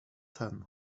ten